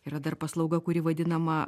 yra dar paslauga kuri vadinama